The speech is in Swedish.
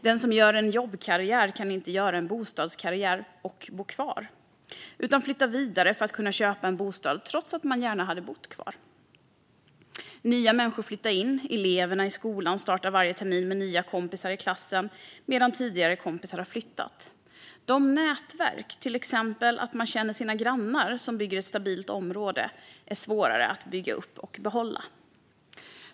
De som gör en jobbkarriär kan inte göra en bostadskarriär och bo kvar utan flyttar vidare för att kunna köpa en bostad trots att de kanske gärna hade bott kvar. Nya människor flyttar in. Eleverna i skolan startar varje termin med nya kompisar i klassen medan tidigare kompisar har flyttat. De nätverk som bygger ett stabilt område, till exempel att man känner sina grannar, är svårare att bygga upp och behålla.